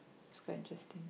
is quite interesting